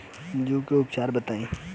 जूं के उपचार बताई?